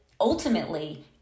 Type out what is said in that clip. ultimately